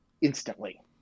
instantly